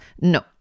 No